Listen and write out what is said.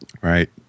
Right